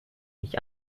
mich